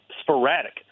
sporadic